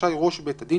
רשאי ראש בית הדין,